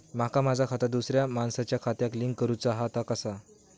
माका माझा खाता दुसऱ्या मानसाच्या खात्याक लिंक करूचा हा ता कसा?